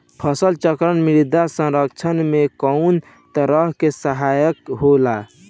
फसल चक्रण मृदा संरक्षण में कउना तरह से सहायक होला?